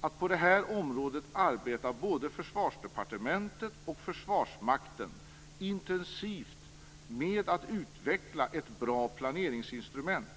att på det här området arbetar både Försvarsdepartementet och Försvarsmakten intensivt med att utveckla ett bra planeringsinstrument.